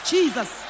Jesus